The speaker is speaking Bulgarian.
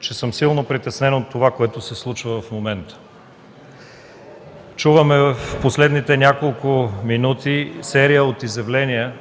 че съм силно притеснен от това, което се случва в момента. Чуваме в последните няколко минути серия от изявления